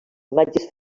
imatges